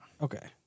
Okay